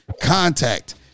contact